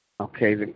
Okay